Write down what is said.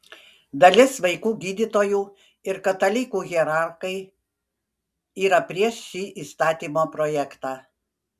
dalis vaikų gydytojų ir katalikų hierarchai yra prieš šį įstatymo projektą